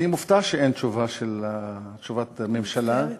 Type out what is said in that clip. אני מופתע שאין תשובת ממשלה, אני מצטערת.